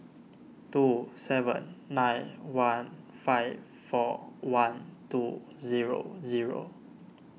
two seven nine one five four one two zero zero